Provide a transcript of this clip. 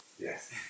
Yes